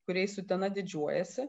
kuriais utena didžiuojasi